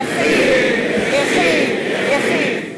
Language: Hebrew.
יחי, יחי, יחי.